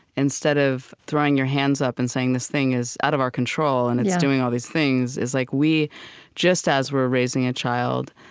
instead of throwing your hands up and saying this thing is out of our control, and it's doing all these things. like we just as we're raising a child,